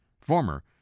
former